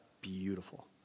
beautiful